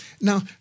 Now